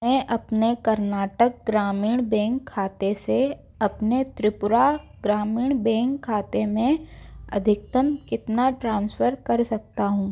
मैं अपने कर्नाटक ग्रामीण बैंक खाते से अपने त्रिपुरा ग्रामीण बैंक खाते में अधिकतम कितना ट्रांसफ़र कर सकता हूँ